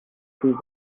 tous